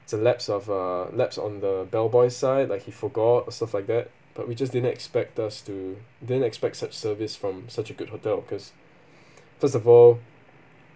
it's a lapse of uh lapse on the bellboy side like he forgot or stuff like that but we just didn't expect us to didn't expect such service from such a good hotel because first of all